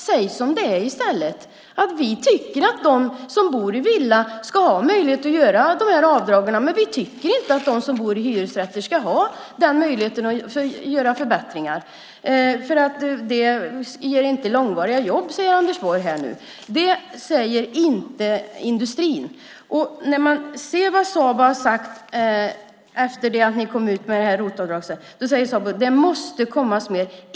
Säg som det är i stället: Vi tycker att de som bor i villa ska ha möjligheter att göra dessa avdrag, men vi tycker inte att de som bor i hyresrätt ska ha denna möjlighet att göra förbättringar. Detta ger inte långvariga jobb, säger Anders Borg här. Det säger inte industrin. Vi kan titta på vad Sabo har sagt sedan ni kom med det här ROT-avdraget: Det måste komma mer.